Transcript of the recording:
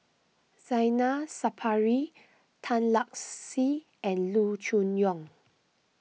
Zainal Sapari Tan Lark Sye and Loo Choon Yong